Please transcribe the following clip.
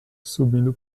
subindo